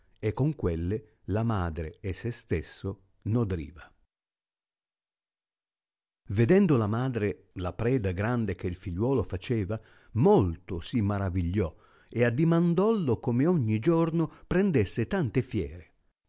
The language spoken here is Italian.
e con quelle la madre e se stesso nodriva vedendo la madre la preda grande che il figliuolo faceva molto si maravigliò e addimandouo come ogni giorno prendesse fante fiere